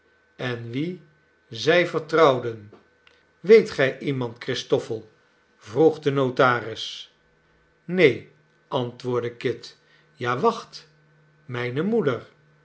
en wien zij vertrouwden weet gij iemand christoffel vroeg de notaris neen antwoordde kit ja wacht mijne moeder